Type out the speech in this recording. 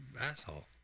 asshole